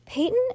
Peyton